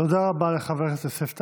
תודה רבה לחבר הכנסת יוסף טייב.